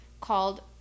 called